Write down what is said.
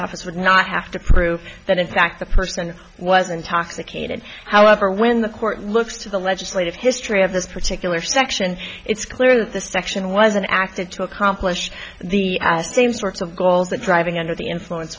office would not have to prove that in fact the person was intoxicated however when the court looks to the legislative history of this particular section it's clear that the section was an acted to accomplish the same sorts of goals that driving under the influence